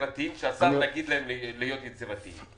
יצירתיים כשהשר יגיד להם להיות יצירתיים.